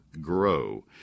GROW